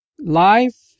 life